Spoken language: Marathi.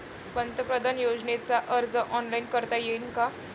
पंतप्रधान योजनेचा अर्ज ऑनलाईन करता येईन का?